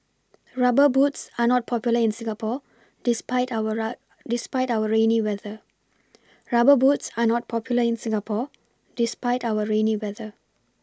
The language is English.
rubber boots are not popular in Singapore despite our rainy rub despite weather rubber boots are not popular in Singapore despite our rainy weather